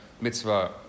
mitzvah